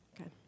Okay